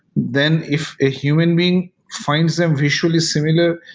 then if a human being finds them visually similar,